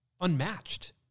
unmatched